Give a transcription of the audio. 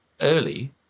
early